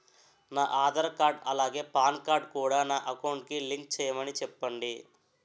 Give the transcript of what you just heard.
నా ఆధార్ కార్డ్ అలాగే PAN card కూడా నా అకౌంట్ కి లింక్ చేయమని చెప్పండి